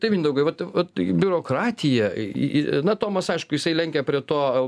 tai mindaugai vat vat biurokratija i na tomas aišku jisai lenkia prie to